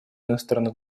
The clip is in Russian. иностранных